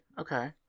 Okay